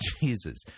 Jesus